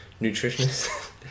nutritionist